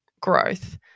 growth